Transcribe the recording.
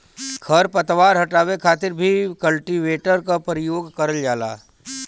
खर पतवार हटावे खातिर भी कल्टीवेटर क परियोग करल जाला